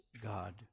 God